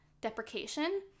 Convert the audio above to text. deprecation